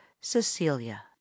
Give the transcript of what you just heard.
cecilia